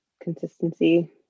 consistency